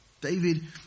David